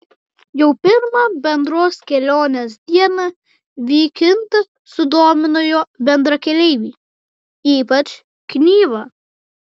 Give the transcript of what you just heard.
jau pirmą bendros kelionės dieną vykintą sudomino jo bendrakeleiviai ypač knyva